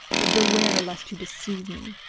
but beware lest you deceive me,